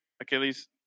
Achilles